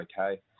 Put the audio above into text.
okay